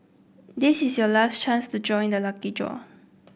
this is your last chance to join the lucky draw